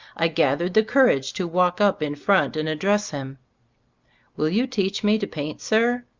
i gathered the courage to walk up in front and address him will you teach me to paint, sir?